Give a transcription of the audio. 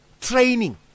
training